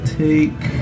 take